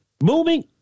Moving